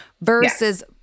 Versus